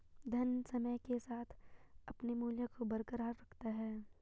धन समय के साथ अपने मूल्य को बरकरार रखता है